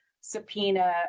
subpoena